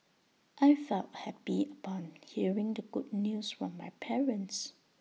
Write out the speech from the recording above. I felt happy upon hearing the good news from my parents